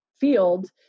field